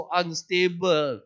unstable